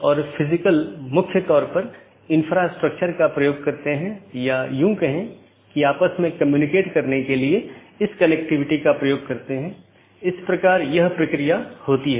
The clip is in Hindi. और फिर दूसरा एक जीवित है जो यह कहता है कि सहकर्मी उपलब्ध हैं या नहीं यह निर्धारित करने के लिए कि क्या हमारे पास वे सब चीजें हैं